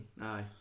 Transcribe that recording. aye